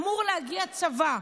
אמור להגיע צבא.